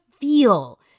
feel